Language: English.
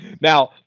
Now